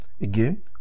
again